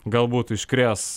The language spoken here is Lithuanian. galbūt iškrės